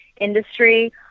industry